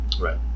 right